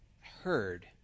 heard